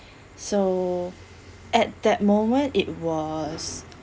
so at that moment it was